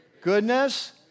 Goodness